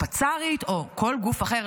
הפצ"רית, או כל גוף אחר.